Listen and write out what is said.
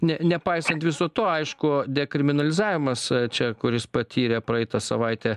ne nepaisant viso to aišku dekriminalizavimas čia kuris patyrė praeitą savaitę